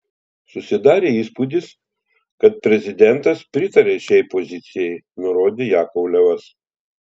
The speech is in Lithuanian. susidarė įspūdis kad prezidentas pritaria šiai pozicijai nurodė jakovlevas